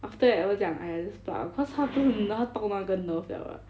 after that 我就讲 !aiya! just pluck ah cause 真的 n~ 要动那个 nerve liao eh